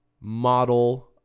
model